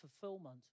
fulfillment